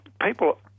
people –